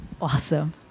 Awesome